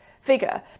figure